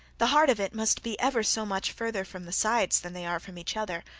the heart of it must be ever so much farther from the sides than they are from each other.